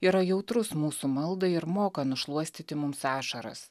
yra jautrus mūsų maldai ir moka nušluostyti mums ašaras